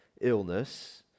illness